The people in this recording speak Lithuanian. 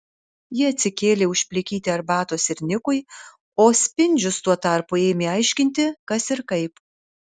ji atsikėlė užplikyti arbatos ir nikui o spindžius tuo tarpu ėmė aiškinti kas ir kaip